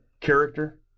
character